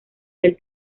del